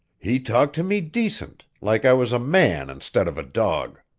he talked to me decent, like i was a man instead of a dog.